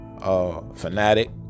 fanatic